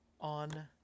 on